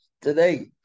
today